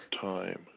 time